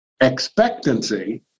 Expectancy